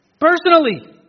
Personally